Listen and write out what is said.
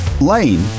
lane